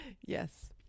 Yes